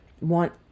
want